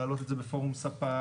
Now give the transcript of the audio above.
להעלות את זה בפורום ספ"כ.